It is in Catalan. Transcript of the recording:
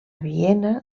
viena